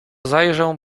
zajrzę